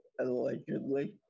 allegedly